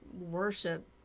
worship